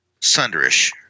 Sunderish